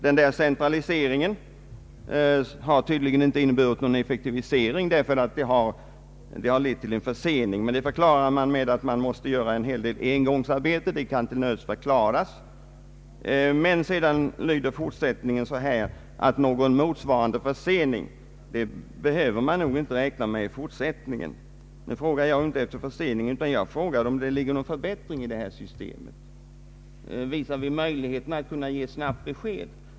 Denna centralisering har tydligen inte inneburit någon effektivisering utan har lett till en försening, som har förklarats bero på att en del engångsarbeten har måst göras. I svaret sägs att man inte behöver räkna med någon motsvarande försening i fortsättningen. Jag frågar inte efter förseningen, utan jag frågar efter om det i detta system ligger någon förbättring av möjligheterna att kunna ge snabba besked.